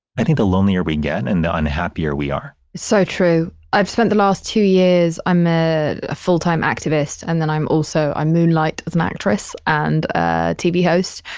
i think the lonelier we get and the unhappier we are so true. i've spent the last two years, i'm a full time activist, and then i'm also, i moonlight as an actress and ah tv host.